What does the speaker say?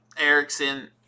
Erickson